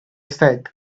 said